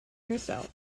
yourself